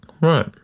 Right